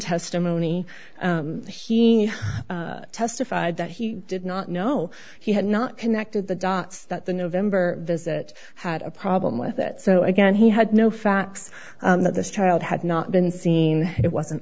testimony and he testified that he did not know he had not connected the dots that the november visit had a problem with it so again he had no facts that this child had not been seen it wasn't